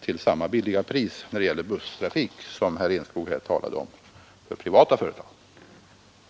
till samma låga priser som herr Enskog talade om att privata företag har.